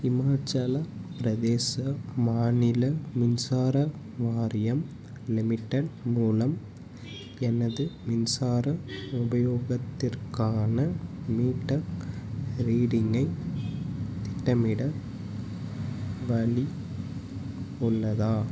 இமாச்சலப் பிரதேச மாநில மின்சார வாரியம் லிமிடெட் மூலம் எனது மின்சார உபயோகத்திற்கான மீட்டர் ரீடிங்கை திட்டமிட வழி உள்ளதா